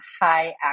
high